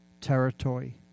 territory